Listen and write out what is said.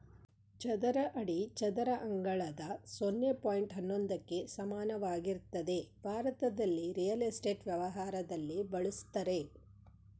ಚದರ ಅಡಿ ಚದರ ಅಂಗಳದ ಸೊನ್ನೆ ಪಾಯಿಂಟ್ ಹನ್ನೊಂದಕ್ಕೆ ಸಮಾನವಾಗಿರ್ತದೆ ಭಾರತದಲ್ಲಿ ರಿಯಲ್ ಎಸ್ಟೇಟ್ ವ್ಯವಹಾರದಲ್ಲಿ ಬಳುಸ್ತರೆ